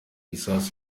gisasu